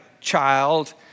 child